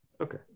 Okay